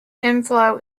inflow